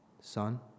Son